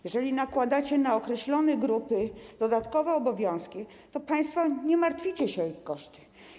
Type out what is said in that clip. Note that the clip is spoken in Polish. Jeżeli nakładacie na określone grupy dodatkowe obowiązki, to państwo nie martwicie się o ich koszty.